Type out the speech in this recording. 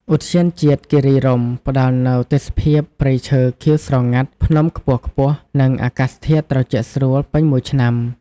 ឧទ្យានជាតិគិរីរម្យផ្តល់នូវទេសភាពព្រៃឈើខៀវស្រងាត់ ភ្នំខ្ពស់ៗ និងអាកាសធាតុត្រជាក់ស្រួលពេញមួយឆ្នាំ។